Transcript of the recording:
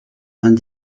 vingt